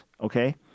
okay